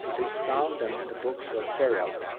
they styled them the books of pheryllt,